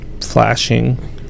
Flashing